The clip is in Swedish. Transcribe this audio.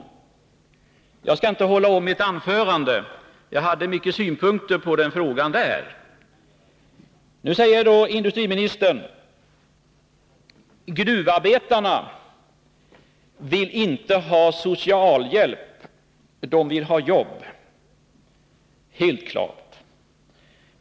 Jag hade många synpunkter på den frågan i mitt anförande — men jag skall inte hålla det en gång till. Nu säger industriministern: Gruvarbetarna vill inte ha socialhjälp — de vill ha jobb. Det är helt klart.